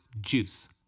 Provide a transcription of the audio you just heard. Juice